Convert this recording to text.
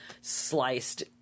sliced